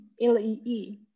lee